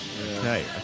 Okay